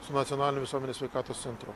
su nacionaliniu visuomenės sveikatos centru